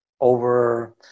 over